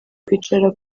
kwicara